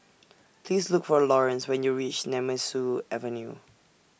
Please Look For Laurence when YOU REACH Nemesu Avenue